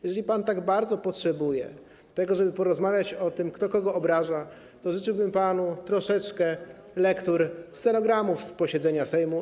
Jeżeli pan tak bardzo potrzebuje tego, żeby porozmawiać o tym, kto kogo obraża, to życzyłbym panu troszeczkę lektur stenogramów z posiedzenia Sejmu.